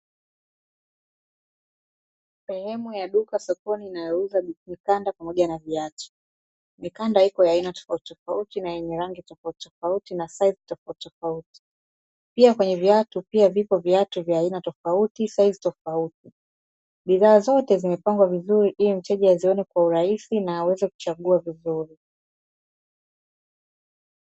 Sehemu ya duka sokoni inayouza mikanda pamoja na viatu, mikanda ipo ya aina tofauti tofauti na yenye rangi tofauti tofauti na saizi tofauti tofauti, pia kwenye viatu vipo vya aina tofauti na saizi tofauti, bidhaa zote zimepangwa vizuri ili mteja azione kwa urahisi na aweze kuchagua vizuri.